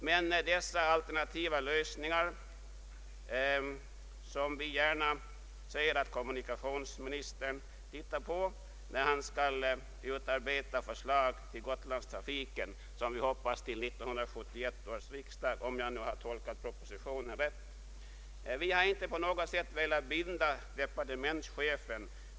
Vi ser emellertid gärna att kommunikationsministern studerar dessa alternativa lösningar när han skall utarbeta förslag till Gotlandstrafiken, vilket vi hoppas kommer att göras till 1971 års riksdag, om vi tolkat propositionen rätt. Vi har inte på något sätt velat binda departementschefen.